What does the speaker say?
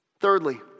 Thirdly